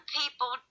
people